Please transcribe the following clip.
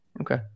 okay